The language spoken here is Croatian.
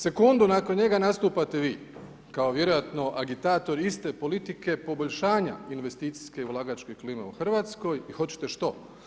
Sekundu nakon njega nastupate vi, kao vjerojatno agitator iste politike poboljšanja investicijske ulagačke klime u RH i hoćete što?